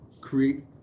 create